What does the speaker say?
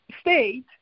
state